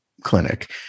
clinic